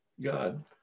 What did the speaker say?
God